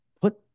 put